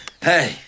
Hey